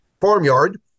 farmyard